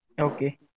Okay